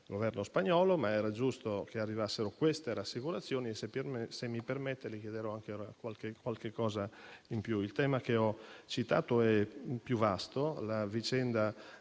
Governo spagnolo, ma era giusto che arrivassero rassicurazioni e, se me lo permette, le chiederò qualcosa in più. Il tema che ho citato è più vasto - è una